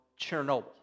Chernobyl